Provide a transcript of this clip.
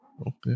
Okay